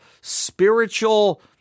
spiritual